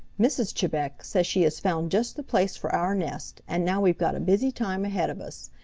mrs. chebec says she has found just the place for our nest, and now we've got a busy time ahead of us.